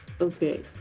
Okay